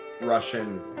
Russian